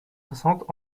soixante